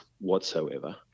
whatsoever